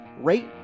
rate